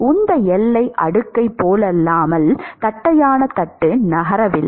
உந்த எல்லை அடுக்கைப் போலல்லாமல் தட்டையான தட்டு நகரவில்லை